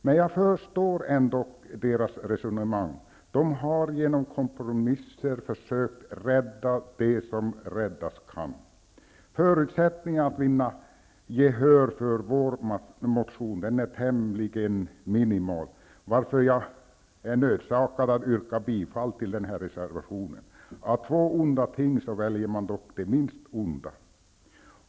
Men jag förstår deras resonemang -- de har genom kompromisser försökt rädda det som räddas kan. Utsikterna att vinna gehör för vår motion är tämligen minimala, varför jag är nödsakad att yrka bifall till reservationen -- av två onda ting väljer man dock det minst onda.